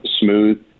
smooth